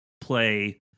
play